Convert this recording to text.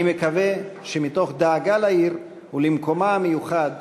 אני מקווה שמתוך דאגה לעיר ולמקומה המיוחד,